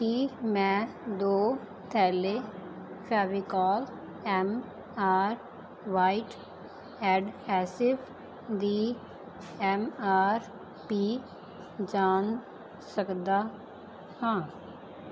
ਕੀ ਮੈਂ ਦੋ ਥੈਲੇ Fevicol M R white adhesive ਦੀ ਐੱਮ ਆਰ ਪੀ ਜਾਣ ਸਕਦਾ ਹਾਂ